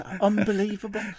Unbelievable